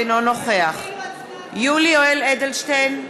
אינו נוכח יולי יואל אדלשטיין,